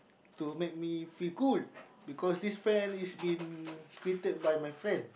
to make me feel cool because this Fen is been created by my friend